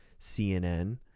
CNN